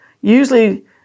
usually